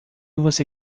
você